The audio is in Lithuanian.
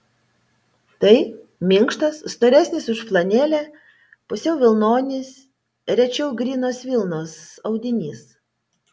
tai minkštas storesnis už flanelę pusiau vilnonis rečiau grynos vilnos audinys